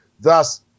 thus